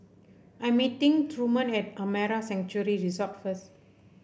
I'm meeting Truman at Amara Sanctuary Resort first